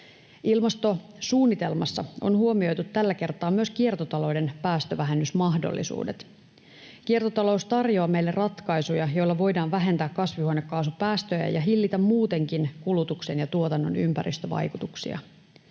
Ilmastosuunnitelmassa on huomioitu tällä kertaa myös kiertotalouden päästövähennysmahdollisuudet. Kiertotalous tarjoaa meille ratkaisuja, joilla voidaan vähentää kasvihuonekaasupäästöjä ja hillitä muutenkin kulutuksen ja tuotannon ympäristövaikutuksia.